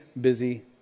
busy